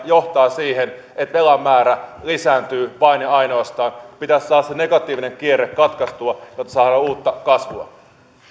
johtaa siihen että velan määrä lisääntyy vain ja ainoastaan pitäisi saada se negatiivinen kierre katkaistua jotta saamme uutta kasvua